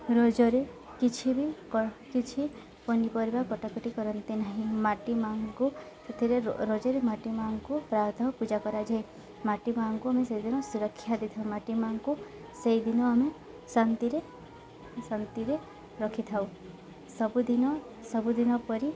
ରଜରେ କିଛି ବି କିଛି ପନିପରିବା କଟାକଟି କରନ୍ତି ନାହିଁ ମାଟି ମା'ଙ୍କୁ ସେଥିରେ ରଜରେ ମାଟି ମା'ଙ୍କୁ ପ୍ରାୟତଃ ପୂଜା କରାଯାଏ ମାଟି ମା'ଙ୍କୁ ଆମେ ସେଇଦିନ ସୁରକ୍ଷା ଦେଇଥାଉ ମାଟି ମା'ଙ୍କୁ ସେଇଦିନ ଆମେ ଶାନ୍ତିରେ ଶାନ୍ତିରେ ରଖିଥାଉ ସବୁଦିନ ସବୁଦିନ ପରି